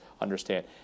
understand